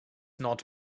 not